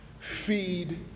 Feed